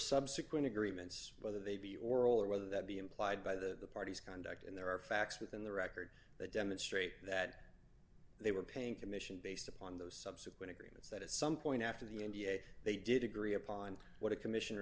subsequent agreements whether they be oral or whether that be implied by the parties conduct and there are facts within the record that demonstrate that they were paying commission based upon those subsequent agreements that at some point after the n b a they did agree upon what commission